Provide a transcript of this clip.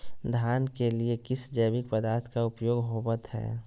धान के लिए किस जैविक पदार्थ का उपयोग होवत है?